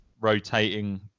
Rotating